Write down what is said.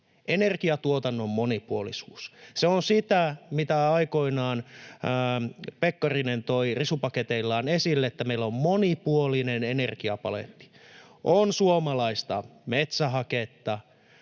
Energiatuotannon monipuolisuus — se on sitä, mitä aikoinaan Pekkarinen toi risupaketeillaan esille, sitä, että meillä on monipuolinen energiapaletti: on suomalaista metsähaketta,